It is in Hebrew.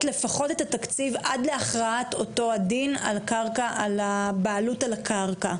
לפחות את התקציב עד להכרעת אותו הדין על הבעלות על הקרקע,